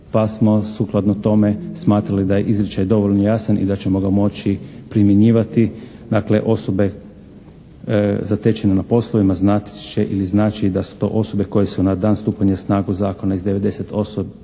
pa smo sukladno tome smatrali da je izričaj dovoljno jasan i da ćemo ga moći primjenjivati, dakle osobe zatečene na poslovima znat će ili znači da su to osobe koje su na dan stupanja na snagu zakona iz 98.